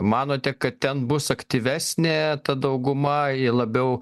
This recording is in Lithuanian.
manote kad ten bus aktyvesnė ta dauguma ji labiau